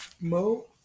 Mo